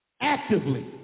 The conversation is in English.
actively